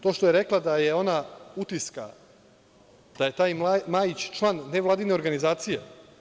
To što je rekla da je ona „Utiska“, da je taj Majić član nevladine organizacije?